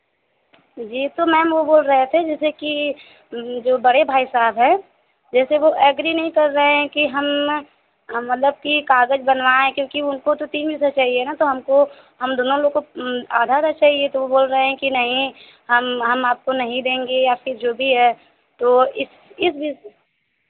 जी तो मैम वह बोल रहे थे जैसे कि जो बड़े भाई साहब है जैसे वह एग्री नहीं कर रहे हैं कि हम हम मतलब कि कागज बनवाए क्योंकि उनको तो तीन हिस्सा चाहिए ना तो हमको हम दोनों लोगों को आधा आधा चाहिए तो वह बोल रहे हैं कि नहीं हम हम आपको नहीं देंगे या फिर जो भी है तो इस इस विषय